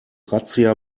razzia